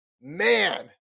Man